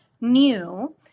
new